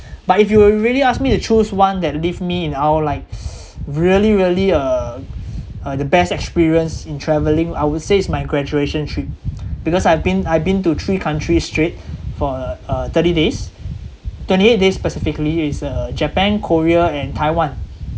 but if you really ask me to choose one that leave me in awe like really really uh uh the best experience in travelling I would say it's my graduation trip because I've been I've been to three countries straight for uh uh thirty days twenty eight days specifically it's uh japan korea and taiwan